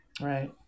Right